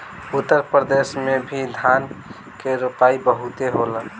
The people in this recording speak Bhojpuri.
उत्तर प्रदेश में भी धान के रोपाई बहुते होला